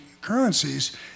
currencies